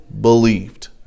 believed